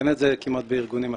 אין את זה כמעט בארגונים אחרים.